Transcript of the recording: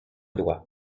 doigt